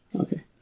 Okay